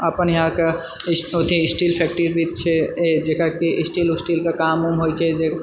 अपन यहाँके ओथि स्टील फैक्ट्री भी छै जकराकि स्टील उस्टीलके काम वुम होइत छै जे